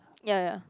ya